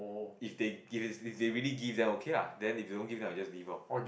if they if they really give then okay ah then if they don't give then I just leave loh